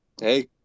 hey